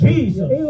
Jesus